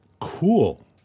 cool